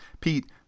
pete